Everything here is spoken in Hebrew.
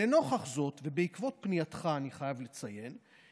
לנוכח זאת, ובעקבות פנייתך, אני חייב לציין,